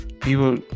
people